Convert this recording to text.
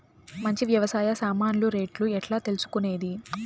మంచి వ్యవసాయ సామాన్లు రేట్లు ఎట్లా తెలుసుకునేది?